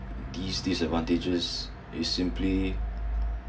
this these advantages they simply